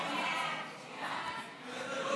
ההצעה להעביר את הצעת חוק הצעת חוק